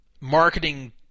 Marketing